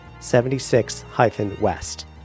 76-West